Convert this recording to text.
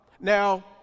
Now